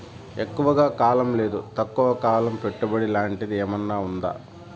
ఎక్కువగా కాలం లేదా తక్కువ కాలం పెట్టుబడి లాంటిది ఏమన్నా ఉందా